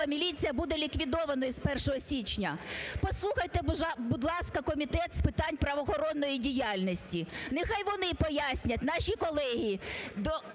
міліція буде ліквідованою з 1 січня". Послухайте, будь ласка, Комітет з питань правоохоронної діяльності, нехай вони пояснять, наші колеги,